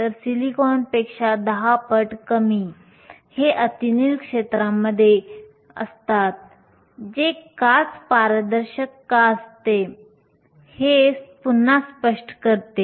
तर सिलिकॉनपेक्षा दहा पट कमी हे अतिनील क्षेत्रामध्ये असतात तर काच पारदर्शक का असते हे पुन्हा स्पष्ट करते